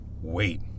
Wait